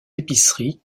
épiceries